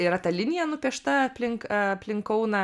yra ta linija nupiešta aplink aplink kauną